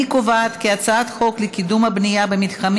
אני קובעת כי הצעת חוק לקידום הבנייה במתחמים